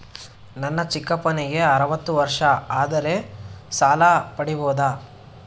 ನನ್ನ ಚಿಕ್ಕಪ್ಪನಿಗೆ ಅರವತ್ತು ವರ್ಷ ಆದರೆ ಸಾಲ ಪಡಿಬೋದ?